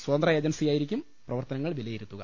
സ്വതന്ത്ര ഏജൻസിയായിരിക്കും പ്രവർത്തനങ്ങൾ വില യിരുത്തുക